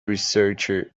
researcher